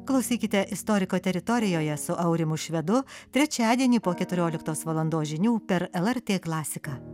klausykite istoriko teritorijoje su aurimu švedu trečiadienį po keturioliktos valandos žinių per lrt klasiką